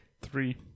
Three